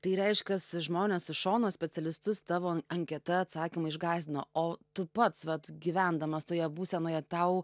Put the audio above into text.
tai reiškias žmonės iš šono specialistus tavo anketa atsakymai išgąsdino o tu pats vat gyvendamas toje būsenoje tau